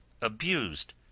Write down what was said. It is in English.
abused